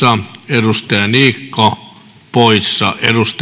arvoisa puhemies